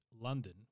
London